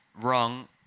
wrong